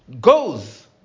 goes